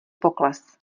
pokles